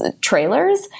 trailers